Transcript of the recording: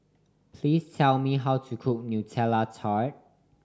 please tell me how to cook Nutella Tart